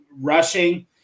rushing